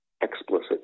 explicit